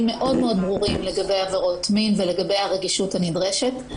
מאוד מאוד ברורים לגבי עבירות מין ולגבי הרגישות הנדרשת,